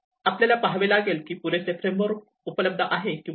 आपल्याला पाहावे लागेल की पुरेसे फ्रेमवर्क उपलब्ध आहेत किंवा नाही